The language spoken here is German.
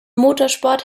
motorsport